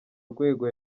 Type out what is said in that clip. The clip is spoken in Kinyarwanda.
rwego